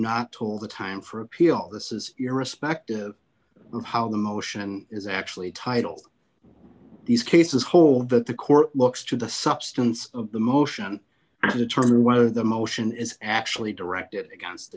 the time for appeal this is irrespective of how the motion is actually title these cases hold that the court looks to the substance of the motion determined whether the motion is actually directed against the